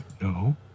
No